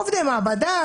עובדי מעבדה,